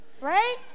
right